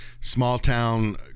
small-town